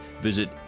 visit